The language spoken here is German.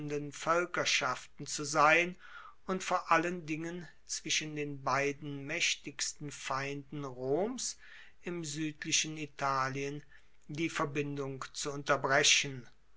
voelkerschaften zu sein und vor allen dingen zwischen den beiden maechtigsten feinden roms im suedlichen italien die verbindung zu unterbrechen